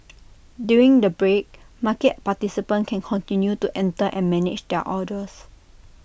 during the break market participants can continue to enter and manage their orders